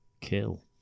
kill